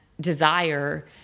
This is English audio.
desire